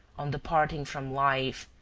on departing from life,